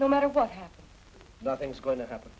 no matter what happens nothing's going to happen